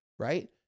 Right